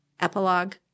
Epilogue